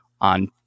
on